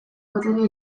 boterea